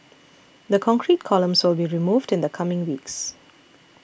the concrete columns will be removed in the coming weeks